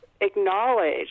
acknowledge